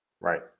Right